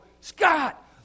Scott